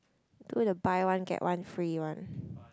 do the buy one get one free one